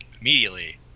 immediately